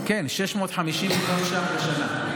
כן, 650 מיליון בשנה.